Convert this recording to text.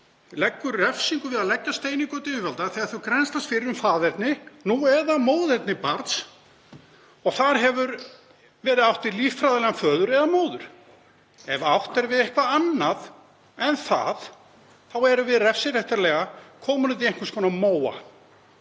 leggur refsingu við því að leggja stein í götu yfirvalda þegar þau grennslast fyrir um faðerni eða móðerni barns og þar hefur verið átt við líffræðilegan föður eða móður. Ef átt er við eitthvað annað en það, þá erum við refsiréttarlega komin út í einhvers konar móa